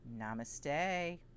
namaste